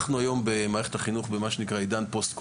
אנחנו היום במערכת החינוך במה שנקרא: עידן פוסט קורונה.